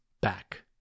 back